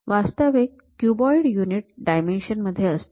वास्तविक cuboids unit dimension असते